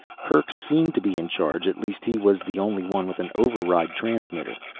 kerk seemed to be in charge, at least he was the only one with an override transmitter.